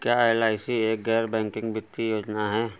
क्या एल.आई.सी एक गैर बैंकिंग वित्तीय योजना है?